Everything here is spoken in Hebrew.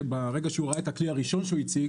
ברגע שהוא ראה את הכלי הראשון שהוא הציג